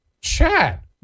Chat